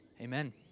Amen